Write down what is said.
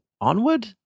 onward